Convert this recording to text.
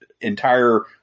entire